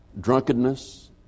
drunkenness